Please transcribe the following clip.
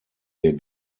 wir